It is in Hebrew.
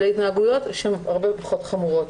להתנהגויות שהן הרבה פחות חמורות.